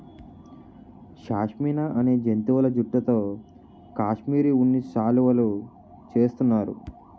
షష్మినా అనే జంతువుల జుట్టుతో కాశ్మిరీ ఉన్ని శాలువులు చేస్తున్నారు